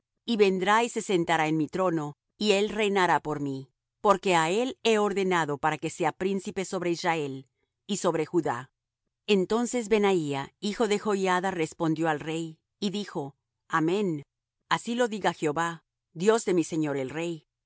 y vendrá y se sentará en mi trono y él reinará por mí porque á él he ordenado para que sea príncipe sobre israel y sobre judá entonces benaía hijo de joiada respondió al rey y dijo amén así lo diga jehová dios de mi señor el rey de